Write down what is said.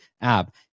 app